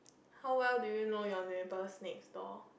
how well do you know your neighbor next door